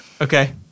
Okay